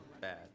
bad